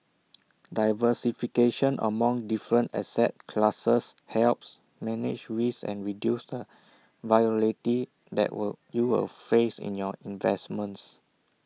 diversification among different asset classes helps manage risk and reduce the volatility that will you will face in your investments